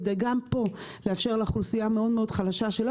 כדי גם פה לאפשר לאוכלוסייה המאוד מאוד חלשה שלא